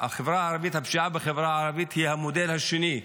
הפשיעה בחברה הערבית היא המודל השני,